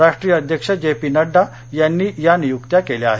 राष्टीय अध्यक्ष J P Nadda यांनी या नियुक्त्या केल्या आहेत